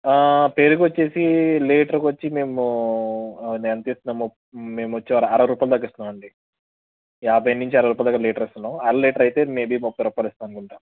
పెరుగు వచ్చేసి లీటర్కి వచ్చి మేము ఎంత ఇస్తున్నాము మేము వచ్చి అరవై రూపాయల దాకా ఇస్తున్నామండి యాభై నించి అరవై రూపాయల దాకా లీటరు ఇస్తున్నాం అర లీటర్ అయితే మే బీ ముప్పై రూపాయలు ఇస్తాం అనుకుంటా